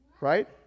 Right